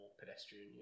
Pedestrian